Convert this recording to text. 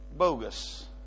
bogus